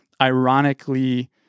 ironically